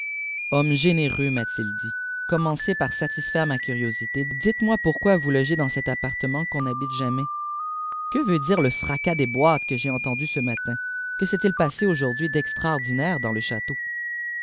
hommes m'a-t-il dit commencez par satisfaire ma curiosité dite moi pourquoi vous logez dans cet appartement qu'on n'habite jamais que veut dire le fracas des boîtes que j'ai entendues ce matin que sestil passé aujourd'hui d'extraordinaire dans le chàteau